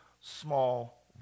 small